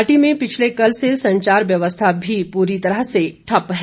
घाटी में पिछले कल से संचार व्यवस्था भी पूरी तरह से ठप्प है